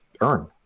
earn